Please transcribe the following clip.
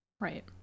right